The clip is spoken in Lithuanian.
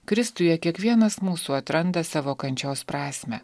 kristuje kiekvienas mūsų atranda savo kančios prasmę